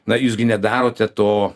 na jūs gi nedarote to